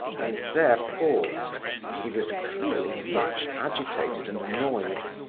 and there paused he was clearly much agitated and annoyed.